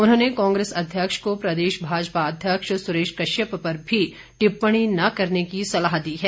उन्होंने कांग्रेस अध्यक्ष को प्रदेश भाजपा अध्यक्ष सुरेश कश्यप पर भी टिप्पणी न करने की सलाह दी है